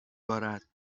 بارد